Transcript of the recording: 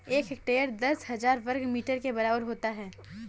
एक हेक्टेयर दस हजार वर्ग मीटर के बराबर होता है